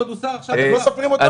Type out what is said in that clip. אתם לא סופרים אותו?